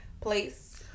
place